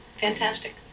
fantastic